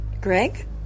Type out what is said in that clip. Greg